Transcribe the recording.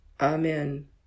Amen